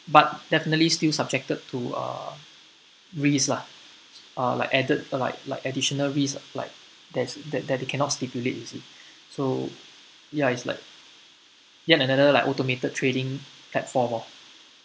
but definitely still subjected to uh risk lah uh like added like like additional risk like that's that that they cannot stipulate you see so ya it's like yet another like automated trading platform orh